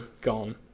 gone